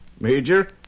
Major